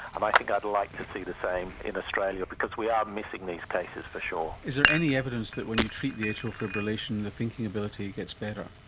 um i think i'd like to see the same in australia because we are missing these cases, for sure. is there any evidence that when you treat the atrial fibrillation the thinking ability gets better?